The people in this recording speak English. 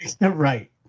right